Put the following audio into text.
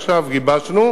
עכשיו גיבשנו,